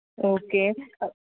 okay